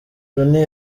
rooney